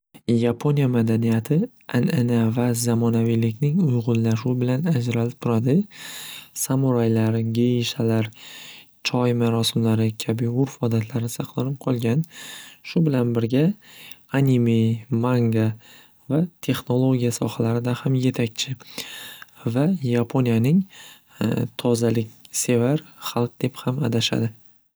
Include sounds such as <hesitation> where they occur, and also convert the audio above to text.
Yaponiya madaniyati an'ana va zamonaviylikning uyg'unlashuvi bilan ajralib turadi samuraylar, geishalar, choy marosimlari kasbi urf odatlari saqlanib qolgan shu bilan birga anime, manga va texnologiya sohalarida ham yetakchi va yaponiyaning <hesitation> tozalik sevar xalq deb ham atashadi.